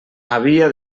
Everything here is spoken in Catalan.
havia